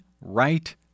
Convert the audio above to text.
right